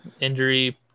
injury